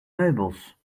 meubels